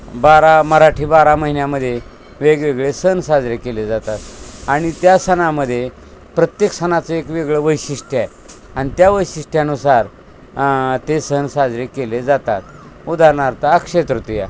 बारा मराठी बारा महिन्यामध्ये वेगवेगळे सण साजरे केले जातात आणि त्या सणामध्ये प्रत्येक सणाचं एक वेगळं वैशिष्ट्य आहे आणि त्या वैशिष्टष्ट्यानुसार ते सण साजरे केले जातात उदाहरणार्थ अक्षय्यतृतीया